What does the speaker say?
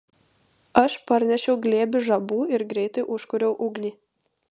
aš parnešiau glėbį žabų ir greitai užkūriau ugnį